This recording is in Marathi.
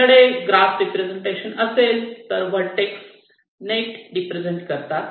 तुमच्याकडे ग्राफ रिप्रेझेंटेशन असेल तर व्हर्टेक्स नेट रिप्रेझेंट करतात